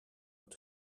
het